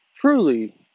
truly